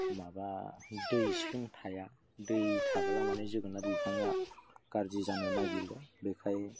माबा दैस्लुं थाया दै थाब्ला माने जोगोनार बिफाङा गाज्रि जानो नागिरो बेखायनो